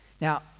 Now